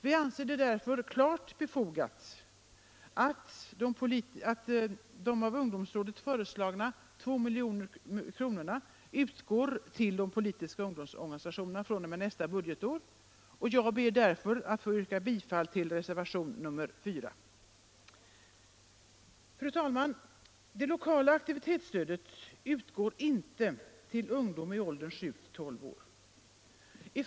Vi anser det därför klart befogat att de av ungdomsrådet föreslagna 2 miljonerna utgår till de politiska ungdomsorganisationerna fr.o.m. nästa budgetår, och jag ber därför att få yrka bifall till reservationen 4. Fru talman! Det lokala aktivitetsstödet utgår inte till ungdom i åldern 7-12 år.